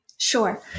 Sure